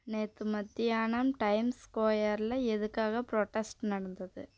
நேற்று மத்தியானம் டைம்ஸ் ஸ்கொயரில் எதுக்காக ப்ரோட்டெஸ்ட் நடந்தது